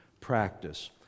practice